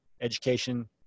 education